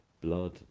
blood